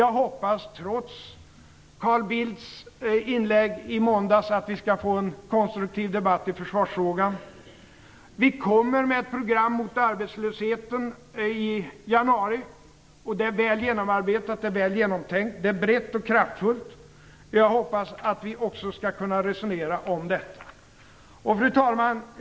Jag hoppas trots Carl Bildts inlägg i måndags att vi skall få en konstruktiv debatt i försvarsfrågan. Vi kommer med ett program mot arbetslösheten i januari. Det är väl genomarbetet. Det är väl genomtänkt. Det är brett och kraftfullt. Jag hoppas att vi också skall kunna resonera om detta. Fru talman!